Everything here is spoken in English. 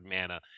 mana